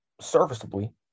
serviceably